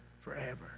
forever